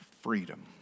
freedom